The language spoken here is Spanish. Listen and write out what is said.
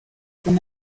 con